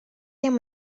yang